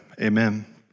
Amen